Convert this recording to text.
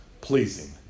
pleasing